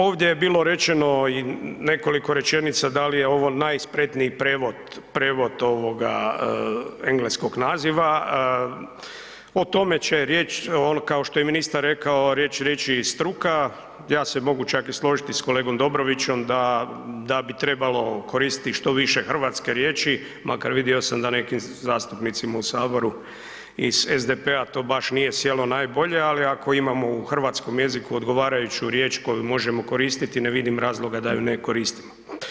Ovdje je bilo rečeno i nekoliko rečenica da li je ovo najspretniji prijevod, prijevod ovoga engleskog naziva o tome će riječ, kao što je ministar rekao riječ reći i struka, ja se mogu čak i složiti s kolegom Dobrovićem da bi trebalo koristiti što više hrvatske riječi, makar vidio sam da nekim zastupnicima u saboru iz SDP-a to baš nije sjelo najbolje, ali ako imao u hrvatskom jeziku odgovarajuću riječ koju možemo koristiti ne vidim razloga da ju ne koristimo.